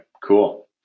Cool